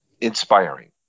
inspiring